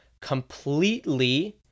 completely